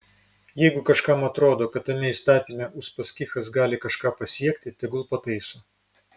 jeigu kažkam atrodo kad tame įstatyme uspaskichas gali kažką pasiekti tegul pataiso